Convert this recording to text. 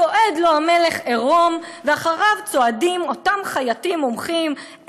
צועד לו המלך עירום ואחריו צועדים אותם חייטים מומחים,